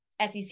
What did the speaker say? SEC